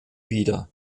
wieder